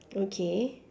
okay